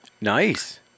Nice